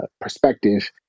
perspective